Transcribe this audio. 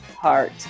heart